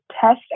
test